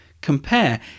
Compare